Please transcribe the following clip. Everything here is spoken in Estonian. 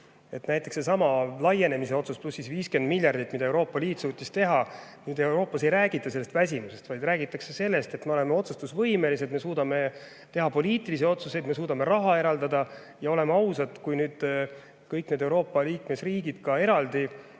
Näiteks seesama laienemise otsus, pluss 50 miljardit, mida Euroopa Liit suutis teha. Nüüd Euroopas ei räägita väsimusest, vaid räägitakse sellest, et me oleme otsustusvõimelised, me suudame teha poliitilisi otsuseid ja me suudame raha eraldada. Oleme ausad, kui nüüd kõik need Euroopa liikmesriigid ka eraldi